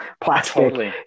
plastic